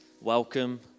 welcome